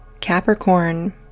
Capricorn